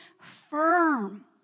firm